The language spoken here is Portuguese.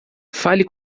fale